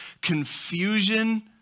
confusion